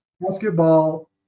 Basketball